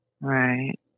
Right